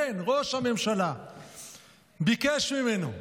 כן, ראש הממשלה ביקש ממנו,